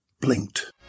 blinked